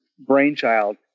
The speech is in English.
brainchild